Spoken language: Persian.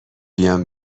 بیام